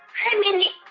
hi, mindy,